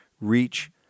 Reach